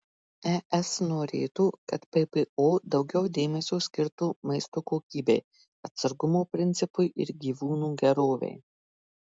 es norėtų kad ppo daugiau dėmesio skirtų maisto kokybei atsargumo principui ir gyvūnų gerovei